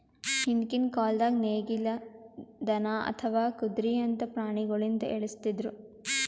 ಹಿಂದ್ಕಿನ್ ಕಾಲ್ದಾಗ ನೇಗಿಲ್, ದನಾ ಅಥವಾ ಕುದ್ರಿಯಂತಾ ಪ್ರಾಣಿಗೊಳಿಂದ ಎಳಸ್ತಿದ್ರು